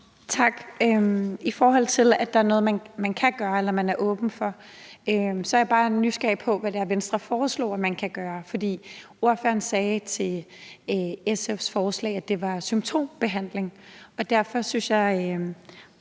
Tak. I forhold til at man er åben over for at gøre noget, er jeg bare nysgerrig på, hvad det er, Venstre foreslår at man kan gøre. For ordføreren sagde til SF's forslag, at det var symptombehandling. Derfor synes jeg